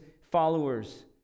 followers